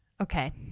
Okay